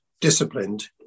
disciplined